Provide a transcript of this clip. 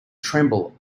tremble